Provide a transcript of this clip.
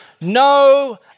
No